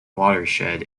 watershed